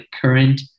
current